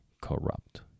corrupt